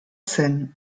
zen